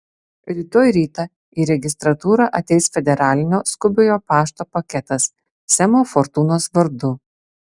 rytoj rytą į registratūrą ateis federalinio skubiojo pašto paketas semo fortūnos vardu